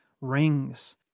rings